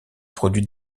produits